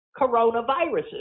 coronaviruses